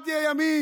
אל תהיה ימין,